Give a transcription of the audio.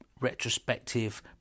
Retrospective